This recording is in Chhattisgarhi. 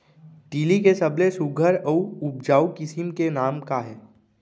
तिलि के सबले सुघ्घर अऊ उपजाऊ किसिम के नाम का हे?